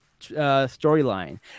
storyline